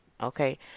Okay